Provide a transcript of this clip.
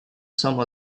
some